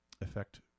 affect